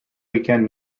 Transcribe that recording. weekend